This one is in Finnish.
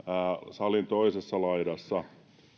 salin toisessa laidassa